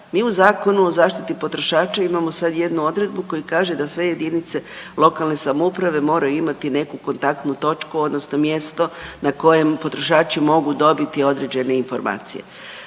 Mi u Zakonu o zaštiti potrošača imamo sad jednu odredbu koja kaže da sve jedinice lokalne samouprave moraju imati nekakvu takvu točku odnosno mjesto na kojem potrošači mogu dobiti određene informacije.